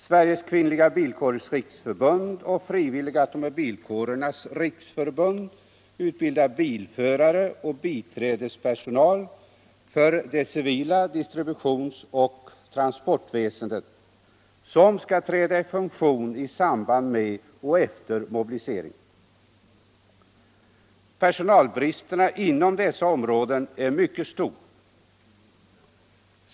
Sveriges kvinnliga bilkårers riksförbund och Frivilliga automobilkårernas riksförbund utbildar bilförare och biträdespersonal för det civila distributions och transportväseendet, som skall träda i funktion i samband med och efter mobilisering. Personalbristen inom dessa områden är mycket stor.